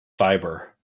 fibre